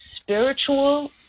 spiritual